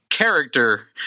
character